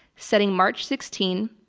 setting march sixteen